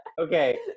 Okay